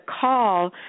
call